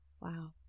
Wow